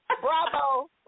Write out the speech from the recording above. Bravo